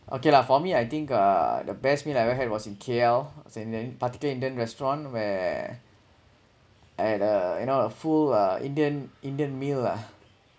okay lah for me I think uh the best meal I ever had was in K_L particularly indian restaurant where at uh you know the full uh indian indian meal lah